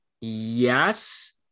Yes